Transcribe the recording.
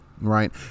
right